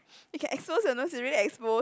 you can expose your nose you already expose